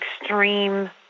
extreme